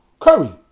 Curry